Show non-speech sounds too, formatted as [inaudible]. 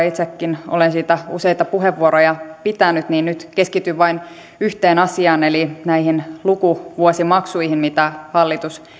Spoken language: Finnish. [unintelligible] itsekin olen siitä useita puheenvuoroja pitänyt niin nyt keskityn vain yhteen asiaan eli näihin lukuvuosimaksuihin mitä hallitus